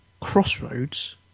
Crossroads